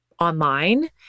online